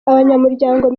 abanyamuryango